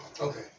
Okay